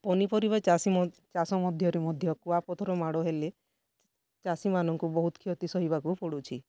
ପନିପରିବା ଚାଷୀ ମ ଚାଷ ମଧ୍ୟରୁ ମଧ୍ୟ କୁଆପଥର ମାଡ଼ହେଲେ ଚାଷୀମାନଙ୍କୁ ବହୁତ କ୍ଷତି ସହିବାକୁ ପଡ଼ୁଛି